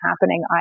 happening